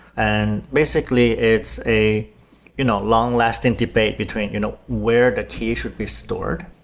and basically, it's a you know long-lasting debate between you know where the key should be stored.